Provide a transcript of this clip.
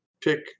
pick